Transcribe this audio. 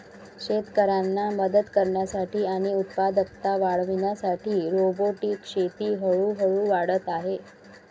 शेतकऱ्यांना मदत करण्यासाठी आणि उत्पादकता वाढविण्यासाठी रोबोटिक शेती हळूहळू वाढत आहे